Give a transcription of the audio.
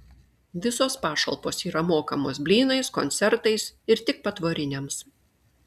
visos pašalpos yra mokamos blynais koncertais ir tik patvoriniams